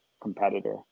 competitor